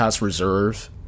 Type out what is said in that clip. reserve